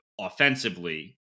offensively